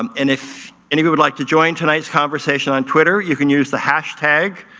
um and if any of you would like to join tonight's conversation on twitter you can use the hashtag,